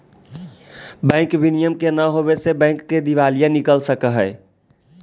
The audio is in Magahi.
बैंक विनियम के न होवे से बैंक के दिवालिया निकल सकऽ हइ